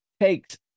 takes